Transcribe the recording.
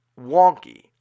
wonky